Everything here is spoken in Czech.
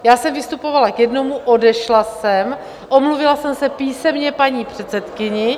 Já jsem vystupovala k jednomu, odešla jsem, omluvila jsem se písemně paní předsedkyni.